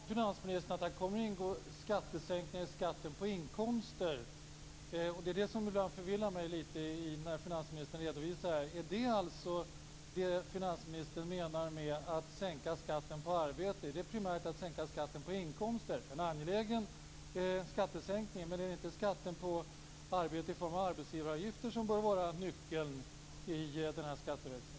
Fru talman! Nu sade finansministern att här kommer att ingå en sänkning när det gäller skatten på inkomster. Det är det som förvirrar mig litet när finansministern redovisar detta. Är det det finansministern menar med att sänka skatten på arbete? Är det primärt att sänka skatten på inkomster? Det är en angelägen skattesänkning, men är det inte skatten på arbete i form av arbetsgivaravgifter som bör vara nyckeln i skatteväxlingen?